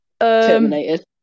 Terminated